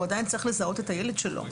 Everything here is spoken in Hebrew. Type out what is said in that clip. הוא עדיין צריך לזהות את הילד שלו,